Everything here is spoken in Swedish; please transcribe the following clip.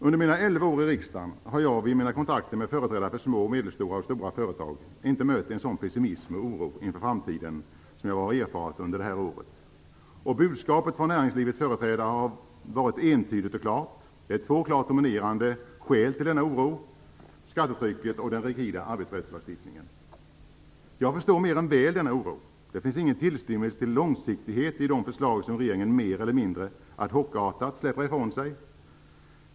Under mina elva år i riksdagen har jag vid mina kontakter med företrädare för små, medelstora och stora företag inte mött en sådan pessimism och oro inför framtiden som jag har erfarit under det här året. Budskapet från näringslivets företrädare har varit entydigt och klart. Det finns två klart dominerande skäl till denna oro; skattetrycket och den rigida arbetsrättslagstiftningen. Jag förstår mer än väl denna oro. Det finns ingen tillstymmelse till långsiktighet i de förslag som regeringen mer eller mindre ad hoc-artat släpper ifrån sig.